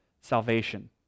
salvation